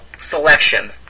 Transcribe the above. selection